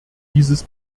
dieses